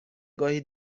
گاهی